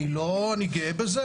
אני גאה בזה,